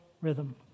rhythm